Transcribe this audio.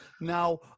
Now